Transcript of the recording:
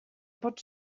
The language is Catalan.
pot